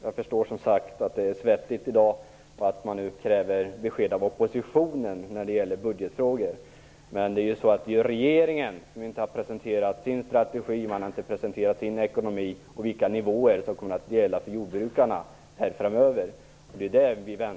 Jag förstår som sagt att det är svettigt för Inge Carlsson i dag eftersom han nu kräver besked av oppositionen när det gäller budgetfrågor. Men det är ju regeringen som inte har presenterat sin strategi och sin ekonomi eller preciserat vilka nivåer som kommer att gälla för jordbrukarna framöver. Det väntar vi på.